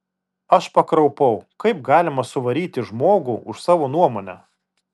aš pakraupau kaip galima suvaryti žmogų už savo nuomonę